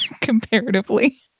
comparatively